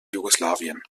jugoslawien